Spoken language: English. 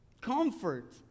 Comfort